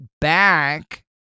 back